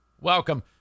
Welcome